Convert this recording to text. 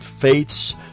faith's